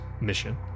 mission